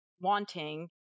wanting